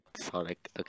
Sonic